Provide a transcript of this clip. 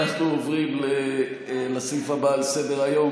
אנחנו עוברים לסעיף הבא על סדר-היום,